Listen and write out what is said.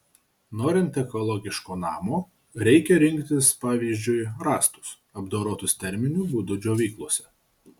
norint ekologiško namo reikia rinktis pavyzdžiui rąstus apdorotus terminiu būdu džiovyklose